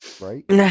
Right